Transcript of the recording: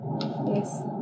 Yes